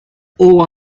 all